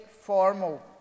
formal